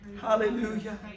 Hallelujah